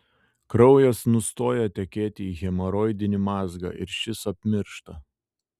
kraujas nustoja tekėti į hemoroidinį mazgą ir šis apmiršta